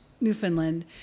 Newfoundland